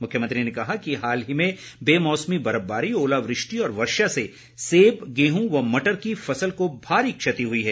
मुख्यमंत्री ने कहा कि हाल ही में बेमौसमी बर्फबारी ओलावृष्टि और वर्षा से सेब गेहूं व मटर की फसल को भारी क्षति हुई है